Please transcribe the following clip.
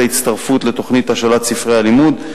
ההצטרפות לתוכנית השאלת ספרי הלימוד.